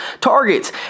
targets